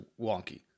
wonky